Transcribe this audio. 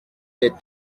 des